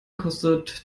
kostet